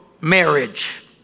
marriage